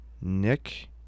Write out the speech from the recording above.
Nick